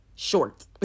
short